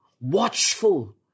watchful